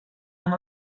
amb